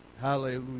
Hallelujah